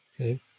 Okay